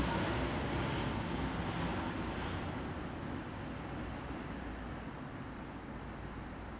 就 make sure like 没有没有没有这个东西 lah if any case like example okay example 我买一个桌子 like the like coffee table